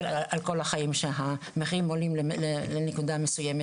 על כל החיים שהמחירים עולים לנקודה מסוימת,